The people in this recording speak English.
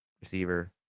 receiver